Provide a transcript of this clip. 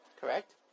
correct